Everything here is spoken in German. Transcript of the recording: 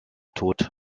tot